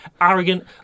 arrogant